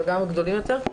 אבל גם הגדולים יותר,